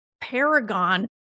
paragon